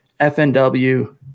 FNW